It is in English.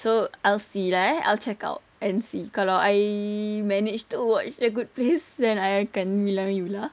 so I'll see lah eh I'll check out and see kalau I managed to watch a good place then I akan bilang you lah